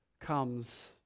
comes